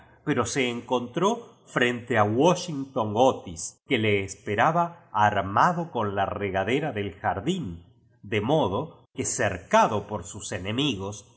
pero se encontró frente a washington otís que le esperaba armado con la regadera del jardín de modo que cercado por sus enemigos